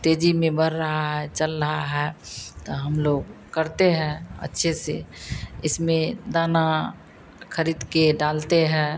तेज़ी में बढ़ रहा है चल रहा है तो हम लोग करते हैं अच्छे से इसमें दाना ख़रीदकर डालते हैं